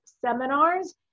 Seminars